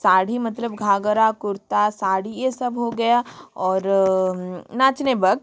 साड़ी मतलब घाघरा कुर्ता साड़ी ये सब हो गया और नाचने वक्त